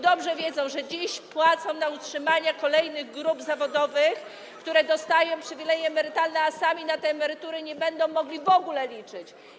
Dobrze wiedzą, że dziś płacą na utrzymanie kolejnych grup zawodowych, które dostają przywileje emerytalne, a sami na te emerytury nie będą mogli w ogóle liczyć.